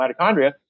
mitochondria